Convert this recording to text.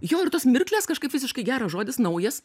jo ir tos mirklės kažkaip visiškai geras žodis naujas